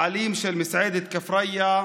בעלים של מסעדת כפריא,